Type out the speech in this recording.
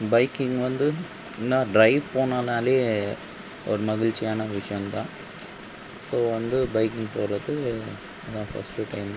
biking வந்து நான் drive போகணுனாலே ஒரு மகிழ்ச்சியான விஷயந்தான் ஸோ வந்து பைக்கிங் போகிறது அதுதான் ஃபஸ்ட்டு டைம்